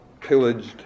pillaged